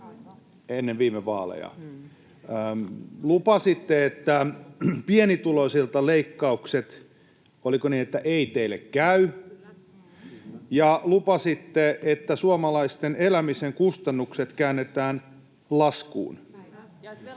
Lupasitte, että pienituloisilta leikkaukset, oliko niin, eivät teille käy, ja lupasitte, että suomalaisten elämisen kustannukset käännetään laskuun...